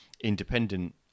independent